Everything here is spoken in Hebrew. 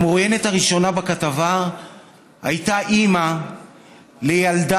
המרואיינת הראשונה בכתבה הייתה אימא לילדה.